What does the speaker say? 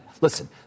listen